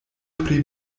pri